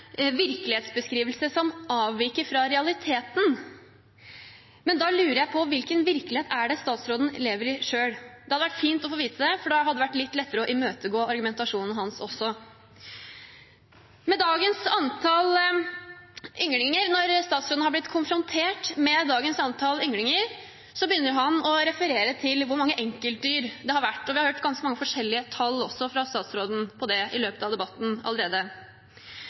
virkelighetsbeskrivelse som avviker fra realiteten. Da lurer jeg på hvilken virkelighet statsråden lever i selv. Det hadde vært fint å få vite det, for da hadde det vært litt lettere å imøtegå argumentasjonen hans også. Når statsråden har blitt konfrontert med dagens antall ynglinger, begynner han å referere til hvor mange enkeltdyr det har vært, og vi har hørt ganske mange forskjellige tall på det også fra statsråden i debatten. Men det